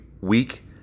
week